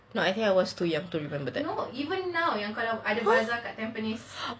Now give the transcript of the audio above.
no I think I was too young to remember that